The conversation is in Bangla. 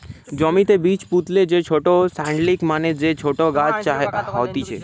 জমিতে বীজ পুতলে যে ছোট সীডলিং মানে যে ছোট গাছ হতিছে